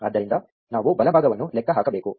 ಆದ್ದರಿಂದ ನಾವು ಬಲಭಾಗವನ್ನು ಲೆಕ್ಕ ಹಾಕಬೇಕು